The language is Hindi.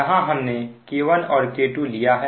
यहां हमने K1 और K2 लिया है